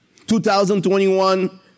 2021